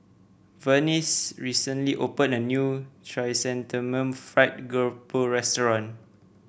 Vernice recently opened a new Chrysanthemum Fried Garoupa restaurant